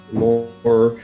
more